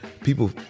People